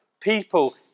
people